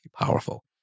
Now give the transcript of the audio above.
powerful